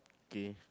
gay